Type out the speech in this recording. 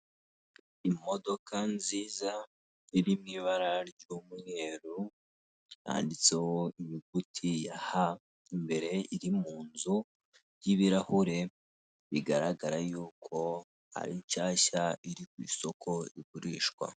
Imodoka nziza iri mu ibara ry'umweru, yanditseho inyuguti ya ha imbere, iri mu nzu y'ibirahure bigaragara yuko ari nshyashya iri ku isoko igurishwa.